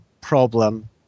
problem